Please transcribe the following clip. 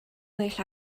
well